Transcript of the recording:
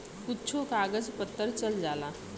कुच्छो कागज पत्तर चल जाला